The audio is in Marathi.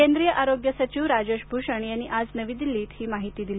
केंद्रीय आरोग्य सचिव राजेश भूषण यांनी आज नवी दिल्लीत ही माहिती दिली